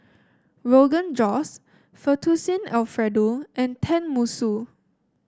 Rogan Josh Fettuccine Alfredo and Tenmusu